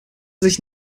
sich